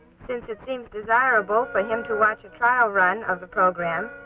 since it seems desirable for him to watch a trial run of the program,